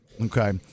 okay